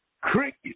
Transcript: Crickets